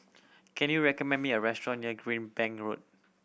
can you recommend me a restaurant near Greenbank Road